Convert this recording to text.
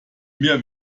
mehr